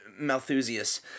Malthusius